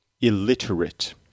illiterate